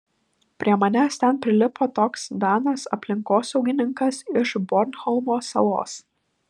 prie manęs ten prilipo toks danas aplinkosaugininkas iš bornholmo salos